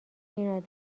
این